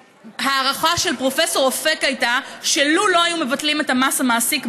וההערכה של פרופ' אופק הייתה שלולא היו מבטלים את מס המעסיק,